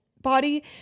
Body